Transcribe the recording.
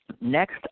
Next